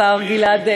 לשר גלעד,